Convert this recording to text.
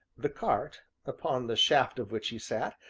the cart, upon the shaft of which he sat,